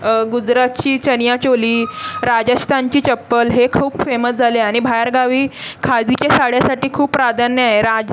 गुजरातची चनियाचोळी राजस्तानची चप्पल हे खूप फेमस झाले आहे आणि बाहेरगावी खादीच्या साड्यासाठी खूप प्राधान्य आहे राज